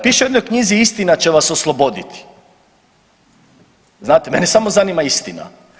Piše u jednoj knjizi „istina će vas osloboditi“, znate mene samo zanima istina.